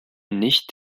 nicht